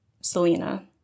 Selena